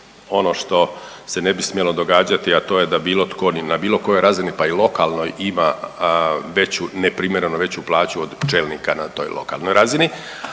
ono što se ne bi smjelo događati, a to je da bilo tko ni na bilo kojoj razini pa i lokalnoj ima veću, neprimjereno veću plaću od čelnika na toj lokalnoj razini,